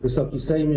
Wysoki Sejmie!